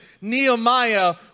Nehemiah